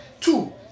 Two